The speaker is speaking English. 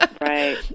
right